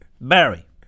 Barry